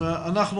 אתה לא חבר ועדה,